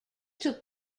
took